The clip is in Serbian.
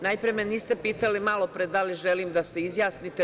Najpre me niste pitali malopre da li želim da se izjasnim.